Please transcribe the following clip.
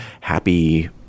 happy